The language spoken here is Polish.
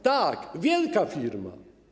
Tak, wielka firma.